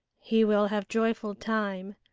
he will have joyful time.